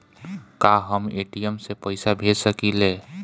का हम ए.टी.एम से पइसा भेज सकी ले?